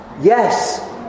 Yes